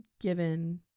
Given